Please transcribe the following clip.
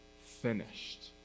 finished